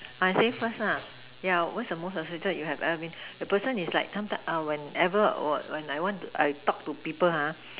I say first lah yeah what is the most frustrated you have ever been the person is like sometime whenever was when I want I talk to people ha